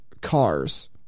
cars